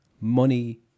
money